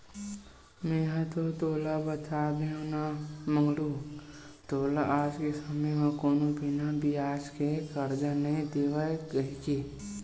मेंहा तो तोला बता देव ना मंगलू तोला आज के समे म कोनो बिना बियाज के करजा नइ देवय कहिके